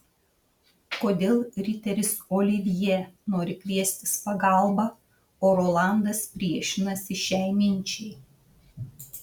kodėl riteris olivjė nori kviestis pagalbą o rolandas priešinasi šiai minčiai